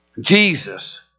Jesus